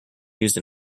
used